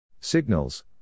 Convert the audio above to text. Signals